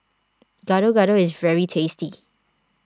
Gado Gado is very tasty